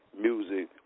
Music